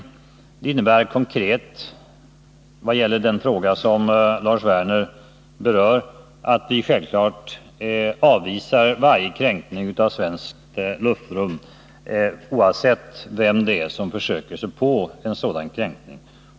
Detta innebär konkret, vad gäller den fråga som Lars Werner, berör, att vi självfallet avvisar varje kränkning av svenskt luftrum, oavsett vem det är som försöker sig på en sådan kränkning.